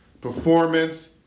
performance